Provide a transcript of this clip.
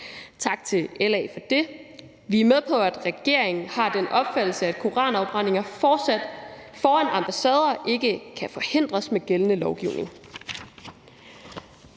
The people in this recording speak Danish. Tak til LA for det. Vi er med på, at regeringen har den opfattelse, at koranafbrændinger foran ambassader ikke kan forhindres med gældende lovgivning,